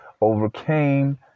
overcame